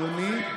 אדוני.